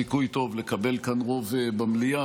סיכוי טוב לקבל כאן רוב במליאה,